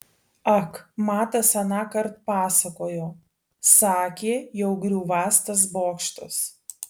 ak matas anąkart pasakojo sakė jau griūvąs tas bokštas